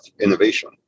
innovation